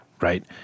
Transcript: right